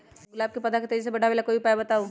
गुलाब के पौधा के तेजी से बढ़ावे ला कोई उपाये बताउ?